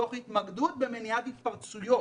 תוך התמקדות במניעת התפרצויות.